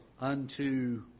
unto